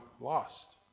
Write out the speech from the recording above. lost